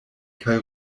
kaj